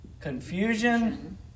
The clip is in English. Confusion